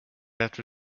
after